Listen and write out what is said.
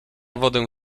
wodę